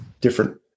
different